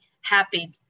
happy